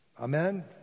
Amen